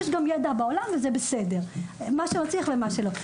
יש גם ידע בעולם וזה בסדר, מה שמצליח ומה שלא.